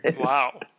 Wow